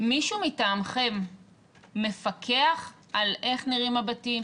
מישהו מטעמכם מפקח על איך נראים הבתים,